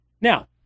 Now